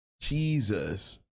Jesus